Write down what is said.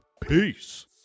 Peace